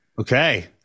Okay